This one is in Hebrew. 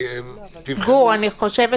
אני חושבת